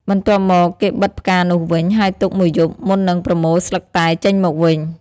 បន្ទាប់មកគេបិទផ្កានោះវិញ ហើយទុកមួយយប់មុននឹងប្រមូលស្លឹកតែចេញមកវិញ។